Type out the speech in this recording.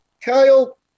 Kyle